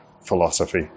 philosophy